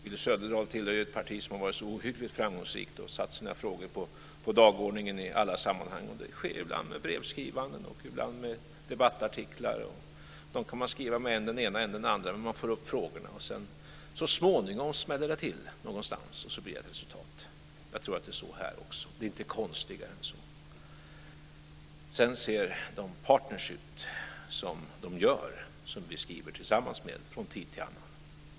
Willy Söderdahl tillhör ju ett parti som har varit så ohyggligt framgångsrikt och satt sina frågor på dagordningen i alla sammanhang. Det sker ibland med brevskrivande och ibland med debattartiklar. Dem kan man skriva med än den ena än den andra, och man får upp frågorna. Så småningom smäller det till någonstans, och så blir det ett resultat. Jag tror att det är så här också. Det är inte konstigare än så. Sedan ser de partner som vi skriver tillsammans med ut som de gör från tid till annan.